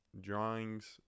drawings